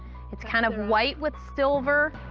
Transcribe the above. it's kind of white with silver,